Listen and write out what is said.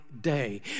day